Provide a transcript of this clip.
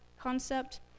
concept